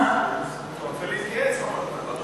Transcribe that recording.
רוצה להתייעץ, אמרת.